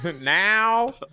Now